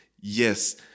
yes